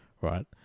right